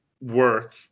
work